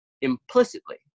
implicitly